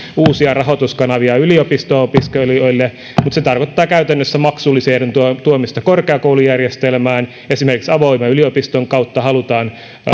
uusia rahoituskanavia yliopisto opiskelijoille mutta se tarkoittaa käytännössä maksullisuuden tuomista korkeakoulujärjestelmään esimerkiksi avoimen yliopiston kautta halutaan